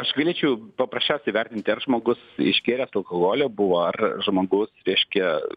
aš galėčiau paprasčiausiai vertinti ar žmogus išgėręs alkoholio buvo ar žmogus reiškia